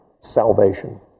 salvation